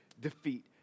defeat